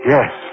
Yes